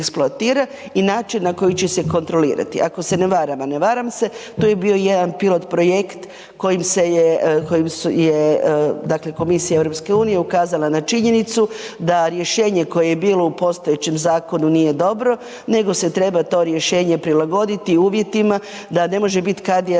i način na koji će se kontrolirati. Ako se ne varam, a ne varam se, to je bio jedan pilot projekt kojim se je, kojim je komisija EU ukazala na činjenicu da rješenje koje je bilo u postojećem zakonu nije dobro nego se treba to rješenje prilagoditi uvjetima da ne može biti kadija